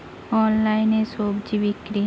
অনলাইনে স্বজি বিক্রি?